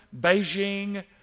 Beijing